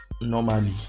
normally